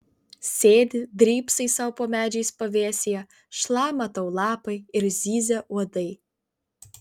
sėdi drybsai sau po medžiais pavėsyje šlama tau lapai ir zyzia uodai